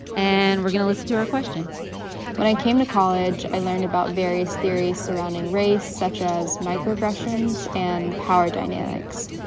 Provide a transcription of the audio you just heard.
and we're going to listen to her question when i came to college, i learned about various theories surrounding race such as microaggressions and power dynamics.